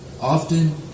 Often